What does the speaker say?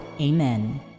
Amen